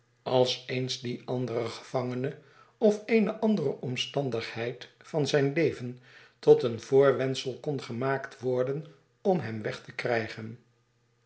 als eens dieandere gevangene of eene andere omstandigheid van zijn leven tot een voorwendsel kon gemaakt worden om hem weg te krijgen